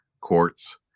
courts